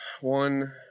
one